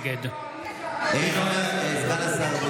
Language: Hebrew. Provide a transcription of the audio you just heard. נגד אני הצבעתי על חוקים שלכם היום,